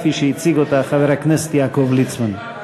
כפי שהציג אותה חבר הכנסת יעקב ליצמן.